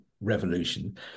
revolution